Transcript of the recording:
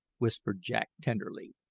whispered jack tenderly.